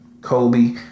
Kobe